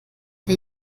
der